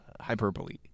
hyperbole